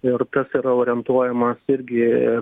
ir tas yra orientuojamas irgi